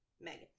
Megan